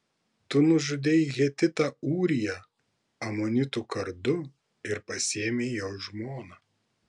tu nužudei hetitą ūriją amonitų kardu ir pasiėmei jo žmoną